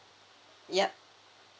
yup